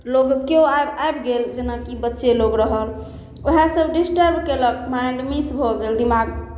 लोक केओ आ आबि गेल जेनाकि बच्चे लोक रहल ओहेसभ डिस्टर्ब कएलक माइण्ड मिस भऽ गेल दिमाग